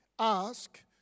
Ask